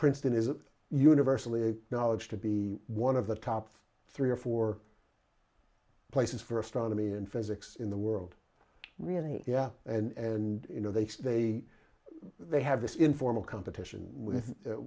princeton is universally acknowledged to be one of the top three or four places for astronomy and physics in the world really yeah and you know they they they have this informal competition with